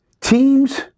teams